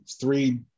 three